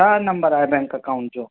छा नम्बर आहे bank account जो